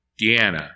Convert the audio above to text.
Deanna